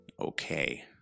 Okay